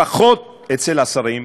לפחות אצל השרים,